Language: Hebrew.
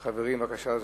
חברים, בבקשה.